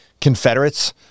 Confederates